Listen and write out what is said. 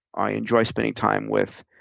i enjoy spending time with,